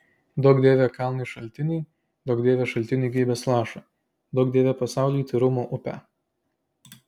duok dieve kalnui šaltinį duok dieve šaltiniui gyvybės lašą duok dieve pasauliui tyrumo upę